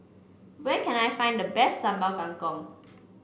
where can I find the best Sambal Kangkong